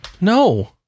No